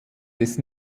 des